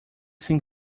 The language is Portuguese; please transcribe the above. sem